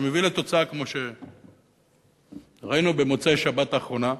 שמביא לתוצאה כמו ראינו במוצאי השבת האחרונה,